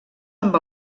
amb